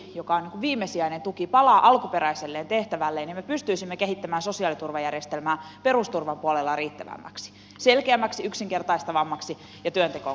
me haluamme että toimeentulotuki joka on viimesijainen tuki palaa alkuperäiselle tehtävälleen ja me pystyisimme kehittämään sosiaaliturvajärjestelmää perusturvan puolella riittävämmäksi selkeämmäksi yksinkertaistavammaksi ja työntekoon kannustavammaksi